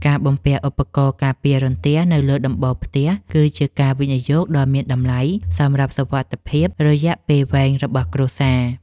ការបំពាក់ឧបករណ៍ការពាររន្ទះនៅលើដំបូលផ្ទះគឺជាការវិនិយោគដ៏មានតម្លៃសម្រាប់សុវត្ថិភាពរយៈពេលវែងរបស់គ្រួសារ។